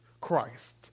Christ